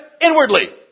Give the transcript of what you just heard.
inwardly